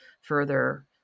further